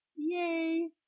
Yay